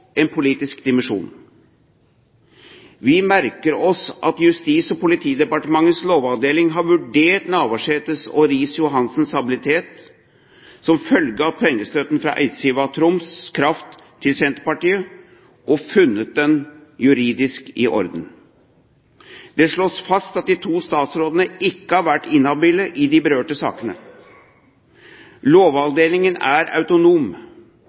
en politisk dimensjon. Vi merker oss at Justis- og politidepartementets lovavdeling har vurdert Navarsetes og Riis-Johansens habilitet som følge av pengestøtten fra Eidsiva Energi og Troms Kraft til Senterpartiet og funnet den juridisk i orden. Det slås fast at de to statsrådene ikke har vært inhabile i de berørte sakene. Lovavdelingen er autonom.